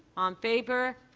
um favor.